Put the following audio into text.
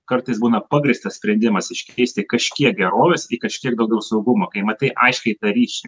kartais būna pagrįstas sprendimas iškeisti kažkiek gerovės kažkiek daugiau saugumo kai matai aiškiai tą ryšį